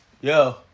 Yo